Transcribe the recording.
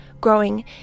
growing